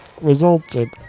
resulted